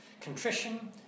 Contrition